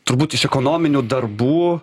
turbūt iš ekonominių darbų